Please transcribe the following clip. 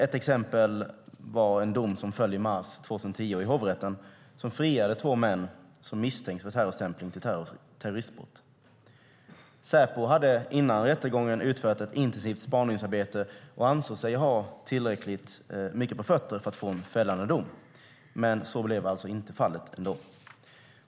Ett exempel var en dom som föll i mars 2010 i hovrätten då två män som misstänktes för stämpling till terroristbrott friades. Säpo hade före rättegången utfört ett intensivt spaningsarbete och ansåg sig ha tillräckligt mycket på fötterna för att få en fällande dom. Men så blev alltså inte fallet.